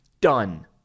done